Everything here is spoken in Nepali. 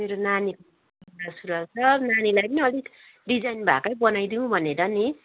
मेरो नानीको दौरा सुरुवाल छ नानीलाई अलिक डिजाइन भएकै बनाइदिऊँ भनेर नि